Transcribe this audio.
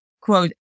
quote